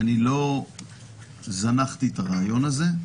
-- אני לא זנחתי את הרעיון הזה.